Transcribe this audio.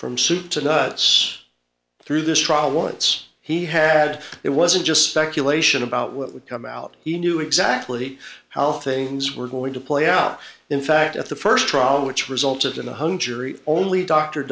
from soup to nuts through this trial once he had it wasn't just speculation about what would come out he knew exactly how things were going to play out in fact at the first trial which resulted in a hung jury only d